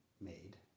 made